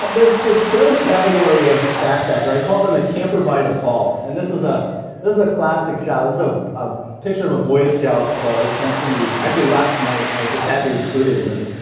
but there's this third category of backpacker. i call them a camper by default. and this is a this is a classic shot. this is a a picture of a boy scout that was sent to me actually last night. i just had to include it in this.